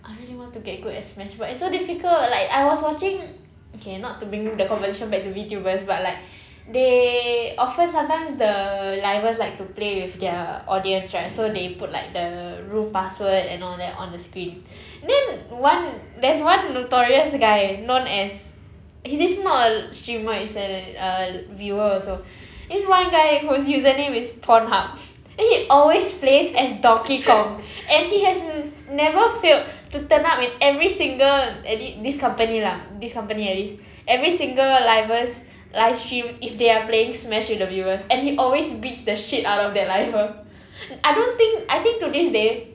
I really want to get good at Smash but it's so difficult like I was watching okay not to bringing the conversation back to VTubers but like they often sometimes the livers like to play with their audience right so they put like the room password and all that on the screen then one there's one notorious guy known as h~ he's not a streamer he's a a viewer also this one guy whose username is pornhub then he always plays as donkey kong and he has never failed to turn up with every single eh thi~ this company lah this company at least every single livers livestream if they are playing smash with the viewers and he always beats the shit out of that liver ah I don't think I think to this day